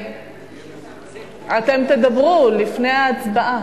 אתם תדברו לפני ההצבעה.